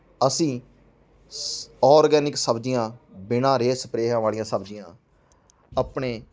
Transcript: ਅਸੀਂ ਸ ਔਰਗੈਨਿਕ ਸਬਜ਼ੀਆਂ ਬਿਨਾਂ ਰੇਅ ਸਪਰੇਹਾਂ ਵਾਲੀਆਂ ਸਬਜ਼ੀਆਂ ਆਪਣੇ